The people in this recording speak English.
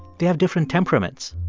they have different temperaments.